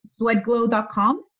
sweatglow.com